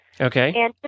Okay